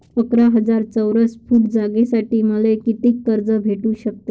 अकरा हजार चौरस फुट जागेसाठी मले कितीक कर्ज भेटू शकते?